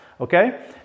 okay